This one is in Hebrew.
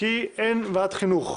כי אין את ועדת החינוך.